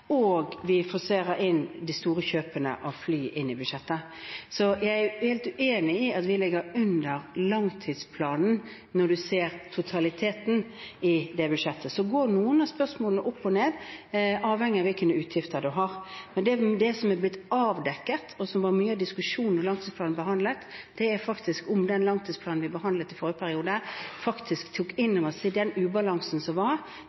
og vi forserer de store kjøpene av fly i budsjettet. Så jeg er helt uenig i at vi ligger etter langtidsplanen når man ser totaliteten i det budsjettet. Så går det for noen av spørsmålene opp og ned avhengig av utgiftene. Men det som er blitt avdekket, og som var mye diskutert da langtidsplanen ble behandlet, er spørsmålet om den langtidsplanen vi behandlet i forrige periode, faktisk tok innover seg den ubalansen som var.